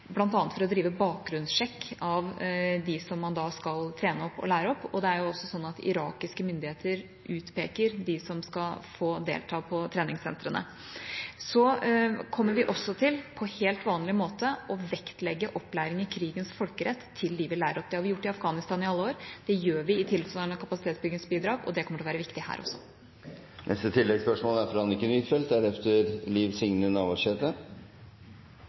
for å drive bakgrunnssjekk av dem som man skal trene og lære opp. Det er også sånn at irakiske myndigheter utpeker dem som skal få delta på treningssentrene. Så kommer vi også til – på helt vanlig måte – å vektlegge opplæring i krigens folkerett til dem vi lærer opp. Det har vi gjort i Afghanistan i alle år, det gjør vi i tilsvarende kapasitetsbyggingsbidrag, og det kommer til å være viktig her også.